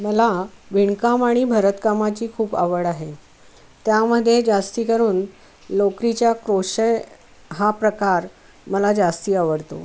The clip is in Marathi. मला विणकाम आणि भरतकामाची खूप आवड आहे त्यामध्ये जास्त करून लोकरीच्या क्रोशय हा प्रकार मला जास्त आवडतो